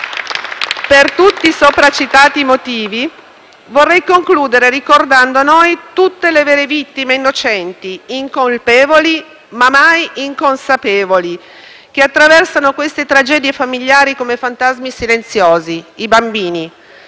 per tutti i sopracitati motivi, vorrei concludere ricordando a noi tutti le vere vittime innocenti, incolpevoli ma mai inconsapevoli, che attraversano queste tragedie famigliari come fantasmi silenziosi: i bambini.